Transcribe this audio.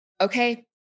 okay